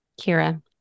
Kira